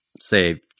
say